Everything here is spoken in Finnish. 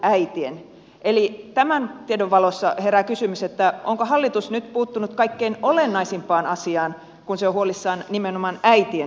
eli tämän tiedon valossa herää kysymys onko hallitus nyt puuttunut kaikkein olennaisimpaan asiaan kun se on huolissaan nimenomaan äitien työllisyysasteesta